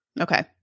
Okay